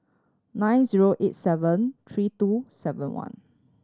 nine zero eight seven three two seven one